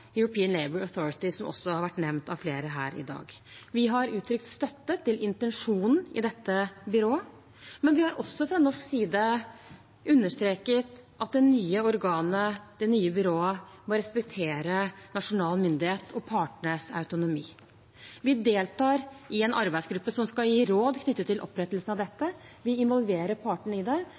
European Labour Authority, som også har vært nevnt av flere her i dag. Vi har uttrykt støtte til intensjonen for dette byrået, men vi har også fra norsk side understreket at det nye organet, det nye byrået, må respektere nasjonal myndighet og partenes autonomi. Vi deltar i en arbeidsgruppe som skal gi råd knyttet til opprettelse av dette. Vi involverer partene i det,